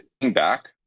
back